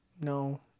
No